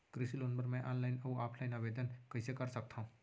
कृषि लोन बर मैं ऑनलाइन अऊ ऑफलाइन आवेदन कइसे कर सकथव?